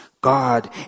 God